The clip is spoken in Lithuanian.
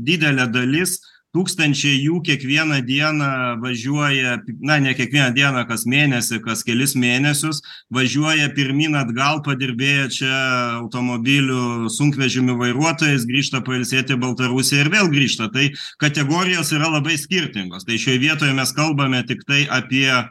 didelė dalis tūkstančiai jų kiekvieną dieną važiuoja na ne kiekvieną dieną kas mėnesį kas kelis mėnesius važiuoja pirmyn atgal padirbėję čia automobilių sunkvežimių vairuotojais grįžta pailsėt į baltarusiją ir vėl grįžta tai kategorijos yra labai skirtingos tai šioj vietoje mes kalbame tiktai apie